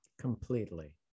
completely